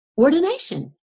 Ordination